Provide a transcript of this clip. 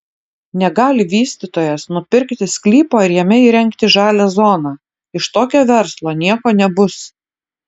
negali vystytojas nupirkti sklypo ir jame įrengti žalią zoną iš tokio verslo nieko nebus